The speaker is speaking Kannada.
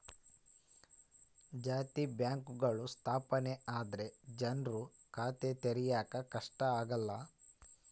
ಜಾಸ್ತಿ ಬ್ಯಾಂಕ್ಗಳು ಸ್ಥಾಪನೆ ಆದ್ರೆ ಜನ್ರು ಖಾತೆ ತೆರಿಯಕ್ಕೆ ಕಷ್ಟ ಆಗಲ್ಲ